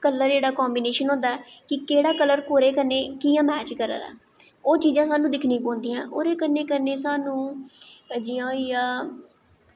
colour दा जेह्ड़ा combination होंदा कि केह्ड़ा कलर कोह्दे कन्नै कि'यां मैच करा दा ओह् चीज़ां सानूं दिक्खना पौंदियां ओह्दे कन्नै कन्नै सानूं ओह् जि'यां होई गेआ